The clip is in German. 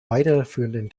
weiterführenden